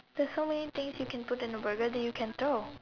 there's so many things you can put into a Burger that you can throw